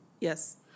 Yes